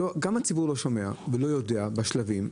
גם הציבור לא שומע ולא יודע בשלבים,